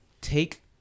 Take